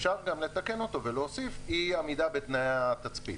אפשר לתקן אותו ולהוסיף: "אי-עמידה בתנאי התצפית".